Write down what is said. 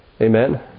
Amen